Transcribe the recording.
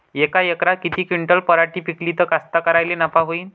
यका एकरात किती क्विंटल पराटी पिकली त कास्तकाराइले नफा होईन?